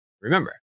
Remember